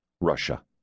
Russia